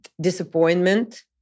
disappointment